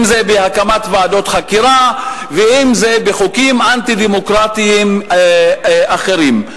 אם בהקמת ועדות חקירה ואם בחוקים אנטי-דמוקרטיים אחרים.